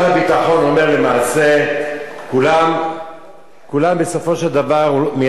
למעשה כולם בסופו של דבר מיישרים קו אתך.